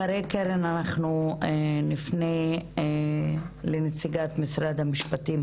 לאחר דבריה של קרן נפנה לנציגת משרד המשפטים,